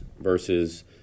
versus